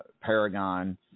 Paragon